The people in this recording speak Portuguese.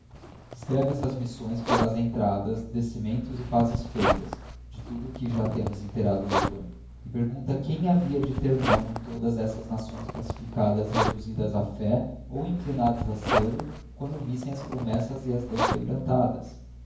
descreve essas missões pelas entradas descimentes e pazes feitas de tudo o que ja temos inteirado o leitor e pergunta quem havia de ter mão em todas esbas nações pacificadas e reduzidas á fé ou inclinadas a sel-o quando vissem as promessas e as lei quebrantadas